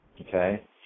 Okay